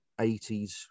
80s